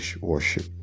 worship